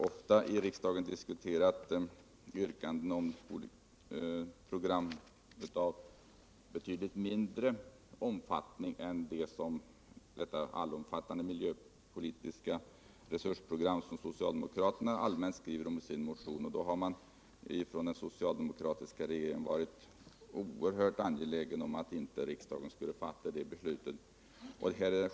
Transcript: Vi har här i riksdagen ofta diskuterat vrkanden som gällt olika program av betydligt mindre omfattning än det allomfattande miljöpolitiska resursprogram som socialdemokraterna talar om i sin motion, och då har man alltid från den socialdemokratiska regeringen varit ocrhört angelägen om att riksdagen inte skulle fatta något sådant beslut.